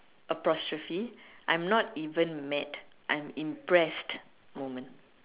apostrophe I'm not even mad I'm impressed moment